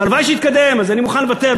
והלוואי שיתקדם, אז אני מוכן לוותר.